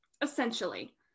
essentially